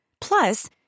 Plus